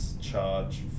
charge